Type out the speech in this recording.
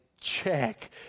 check